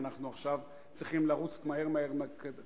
אנחנו עכשיו צריכים לרוץ מהר מהר קדימה.